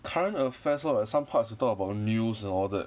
current affairs lor like some parts they talk about news and all that